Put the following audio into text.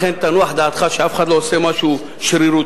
לכן תנוח דעתך שאף אחד לא עושה משהו שרירותי,